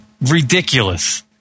Ridiculous